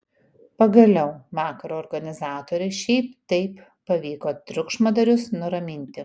pagaliau vakaro organizatoriui šiaip taip pavyko triukšmadarius nuraminti